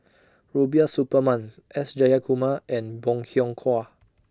Rubiah Suparman S Jayakumar and Bong Hiong Hwa